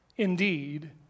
Indeed